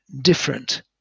different